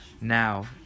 Now